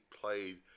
played